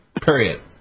period